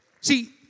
See